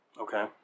Okay